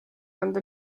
anda